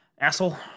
asshole